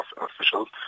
officials